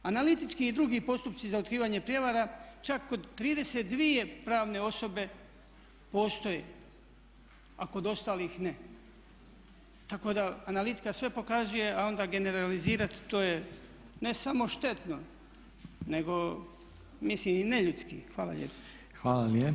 Analitički i drugi postupci za otkrivanje prijevara čak kod 32 pravne osobe postoje, a kod ostalih ne, tako da analitika sve pokazuje, a onda generalizirati to je ne samo štetno, nego mislim i neljudski.